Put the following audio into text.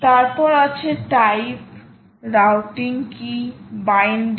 তারপর আছে type routing কি বাইন্ডিং